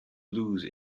lose